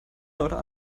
oder